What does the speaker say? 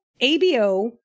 ABO